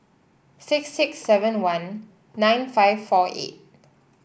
six six seven one nine five four eight